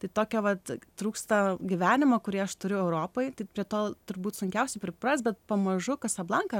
tai tokia vat trūksta gyvenimo kurį aš turiu europoj tai prie to turbūt sunkiausia priprasti bet pamažu kasablanką